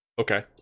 Okay